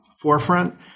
forefront